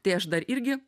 tai aš dar irgi